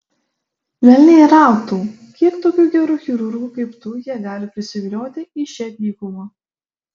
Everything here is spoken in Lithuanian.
velniai rautų kiek tokių gerų chirurgų kaip tu jie gali prisivilioti į šią dykumą